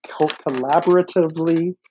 collaboratively